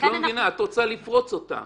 את לא מבינה, את רוצה לפרוץ אותה.